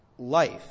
life